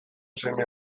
seme